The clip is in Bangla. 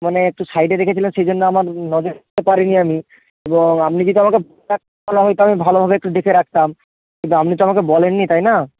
মানে একটু সাইডে রেখেছিলেন সেই জন্য আমার নজরে পড়েনি আমি এবং আপনি যদি আমাকে ভালোভাবে একটু দেখে রাখতাম কিন্তু আপনি তো আমায় বলেননি তাই না